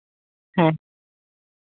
ᱦᱮᱸ